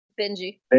Benji